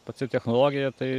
pati technologija tai